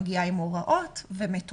היא מגיעה עם הוראות ומטושים,